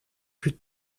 plus